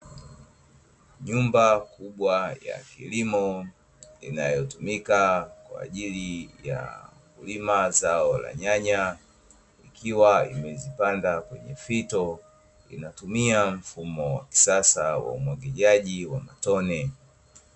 Nyumba kubwa ya kilimo inayotumika kwaajili ya kulima zao la nyanya likiwa limezipanga kwenye fito, inatumia mfumo wa kisasa wa umwagiliaji wa matone.